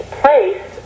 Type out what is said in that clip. place